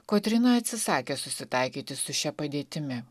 kotryna atsisakė susitaikyti su šia padėtimi